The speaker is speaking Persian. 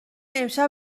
امشب